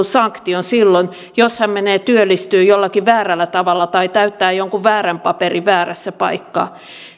sanktion silloin jos hän menee työllistymään jollakin väärällä tavalla tai täyttää jonkun väärän paperin väärässä paikassa